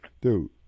Dude